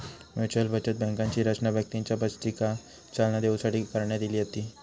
mutual बचत बँकांची रचना व्यक्तींच्या बचतीका चालना देऊसाठी करण्यात इली होती